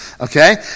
Okay